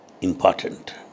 important